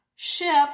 ship